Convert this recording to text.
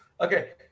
Okay